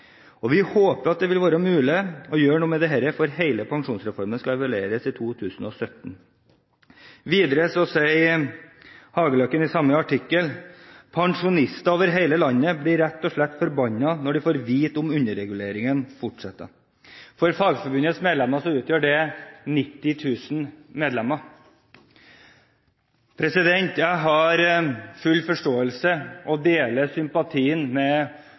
og vi håper det skal være mulig å gjøre noe med dette før hele pensjonsreformen skal evalueres i 2017.» I samme artikkel sier Bjørg Hageløkken videre: «Pensjonister over hele landet blir rett og slett forbannet når de får vite om underreguleringen.» I Fagforbundet utgjør det 90 000 medlemmer. Jeg har full forståelse for og deler sympatien med